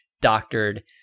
doctored